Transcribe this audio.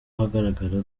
ahagaragara